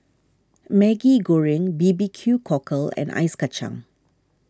Maggi Goreng B B Q Cockle and Ice Kacang